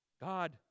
God